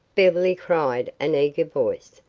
beverly, cried an eager voice.